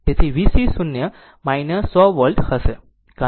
તેથી VC 0 100 volt હશે